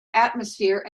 atmosphere